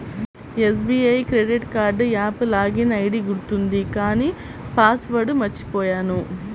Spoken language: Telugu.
SBI credit card app login ID గుర్తుంది కానీ పాస్ వర్డ్ మర్చిపొయ్యాను